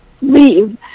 leave